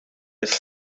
jest